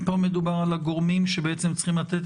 פה מדובר על הגורמים שבעצם צריכים לתת